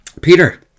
Peter